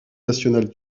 nationale